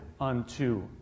unto